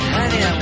Honey